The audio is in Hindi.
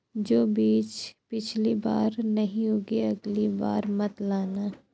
जो बीज पिछली बार नहीं उगे, अगली बार मत लाना